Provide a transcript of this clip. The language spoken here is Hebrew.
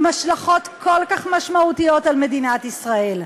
עם השלכות כל כך משמעותיות על מדינת ישראל,